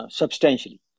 substantially